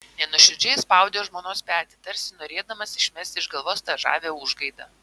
nenuoširdžiai spaudė žmonos petį tarsi norėdamas išmesti iš galvos tą žavią užgaidą